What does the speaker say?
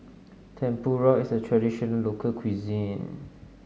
tempura is a traditional local cuisine